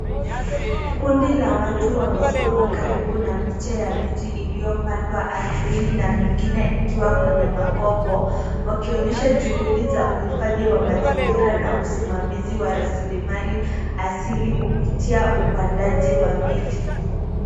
Kundi la watu wamesimama karibu na miche ya miti iliyopandwa ardhini na mingine ikiwa kwenye makopo wakionyesha juhudi za uhifadhi wa mazingira na usimamizi wa rasilimali asili kupitia upandaji wa miti.